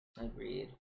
Agreed